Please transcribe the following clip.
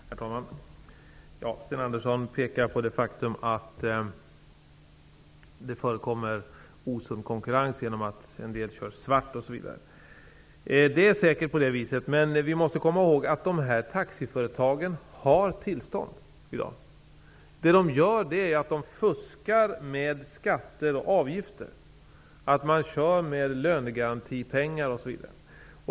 Herr talman! Sten Andersson i Malmö pekar på det faktum att det förekommer osund konkurrens genom att en del kör svart osv. Det är säkert på det viset, men vi måste komma ihåg att dessa taxiföretag i dag har tillstånd. Vad de gör är att de fuskar med skatter och avgifter, kör med lönegarantipengar osv.